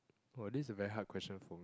!wah! this is a very hard question for